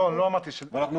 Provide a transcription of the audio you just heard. לא, אמרתי שתחכו.